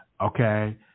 Okay